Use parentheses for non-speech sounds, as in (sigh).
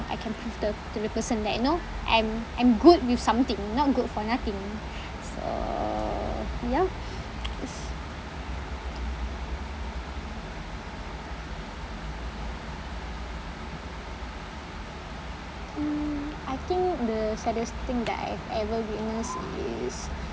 I can prove the the people said that you know I'm I'm good with something not good for nothing so yup (noise) it's mm I think the saddest thing that I've ever witnessed is